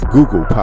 Google